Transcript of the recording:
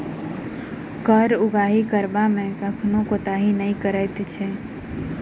कर उगाही करबा मे कखनो कोताही नै करैत अछि